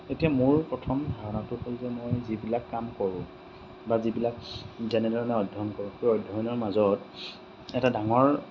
এতিয়া মোৰ প্ৰথম ধাৰণাটো হ'ল যে মই যিবিলাক কাম কৰোঁ বা যিবিলাক যেনেধৰণে অধ্যয়ন কৰোঁ সেই অধ্যয়নৰ মাজত এটা ডাঙৰ